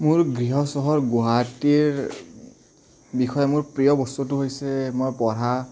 মোৰ গৃহ চহৰ গুৱাহাটীৰ বিষয়ে মোৰ প্ৰিয় বস্তুটো হৈছে মই পঢ়া